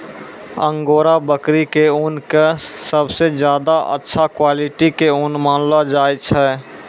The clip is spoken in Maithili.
अंगोरा बकरी के ऊन कॅ सबसॅ ज्यादा अच्छा क्वालिटी के ऊन मानलो जाय छै